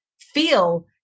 feel